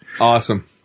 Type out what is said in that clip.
Awesome